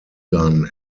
gun